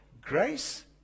Grace